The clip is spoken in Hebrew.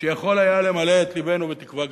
שיכול היה למלא את לבנו בתקווה גדולה.